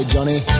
Johnny